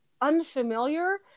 unfamiliar